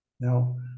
now